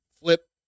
flip